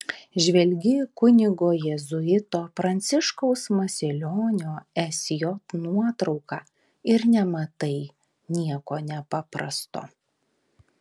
žvelgi į kunigo jėzuito pranciškaus masilionio sj nuotrauką ir nematai nieko nepaprasto